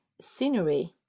scenery